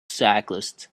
cyclists